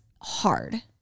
hard